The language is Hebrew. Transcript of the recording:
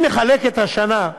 אם נחלק את השנה,